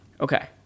Okay